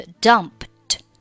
Dumped